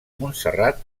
montserrat